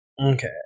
okay